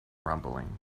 rumbling